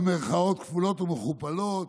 במירכאות כפולות ומכופלות.